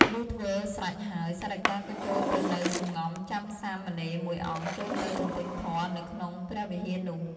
លុះធ្វើស្រេចហើយ សារិកា ក៏ចូលទៅនៅសម្ងំចាំសាមណេរមួយអង្គចូលទៅទន្ទេញធម៌នៅក្នុងព្រះវិហារនោះ ។